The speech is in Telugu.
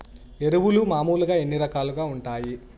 ఎరువులు మామూలుగా ఎన్ని రకాలుగా వుంటాయి?